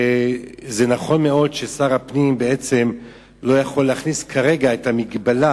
ונכון מאוד ששר הפנים לא יכול להכניס כרגע את המגבלה,